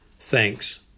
Thanks